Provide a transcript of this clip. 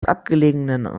abgelegenen